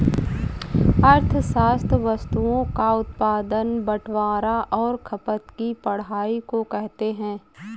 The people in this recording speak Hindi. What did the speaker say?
अर्थशास्त्र वस्तुओं का उत्पादन बटवारां और खपत की पढ़ाई को कहते हैं